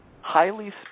highly